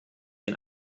den